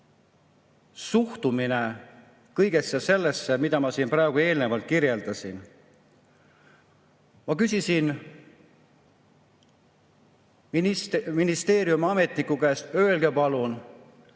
suhtumine kõigesse sellesse, mida ma siin praegu eelnevalt kirjeldasin. Ma küsisin ministeeriumi ametniku käest, öelge palun,